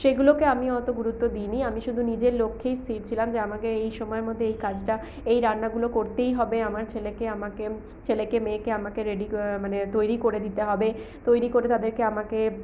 সেগুলোকে আমি অত গুরুত্ব দিইনি আমি শুধু নিজের লক্ষ্যেই স্থির ছিলাম যে আমাকে এই সময়ের মধ্যে এই কাজটা এই রান্নাগুলো করতেই হবে আমার ছেলেকে আমাকে ছেলেকে মেয়েকে আমাকে রেডি মানে তৈরি করে দিতে হবে তৈরি করে তাদেরকে আমাকে